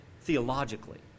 theologically